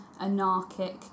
anarchic